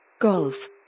Golf